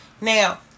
now